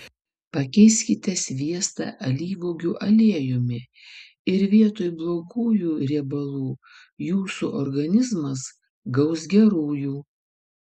pakeiskite sviestą alyvuogių aliejumi ir vietoj blogųjų riebalų jūsų organizmas gaus gerųjų